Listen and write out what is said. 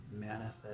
manifest